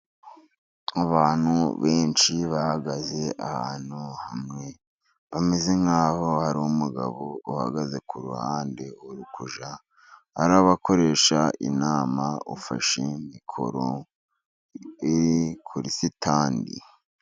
Mu bantu benshi bahagaze ahantu hamwe, bameze nk'aho hari umugabo uhagaze ku ruhande uri kujya arabakoresha inama ufashe mikoro iri kuri sitani.